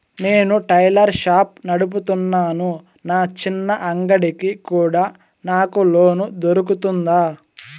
నేను tailor shop నడుపుతున్నాను, నా చిన్న అంగడి కి కూడా నాకు లోను దొరుకుతుందా?